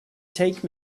take